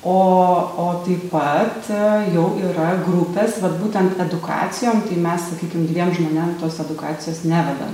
o o taip pat jau yra grupės vat būtent edukacijom tai mes sakykim dviem žmonėm tos edukacijos nevedam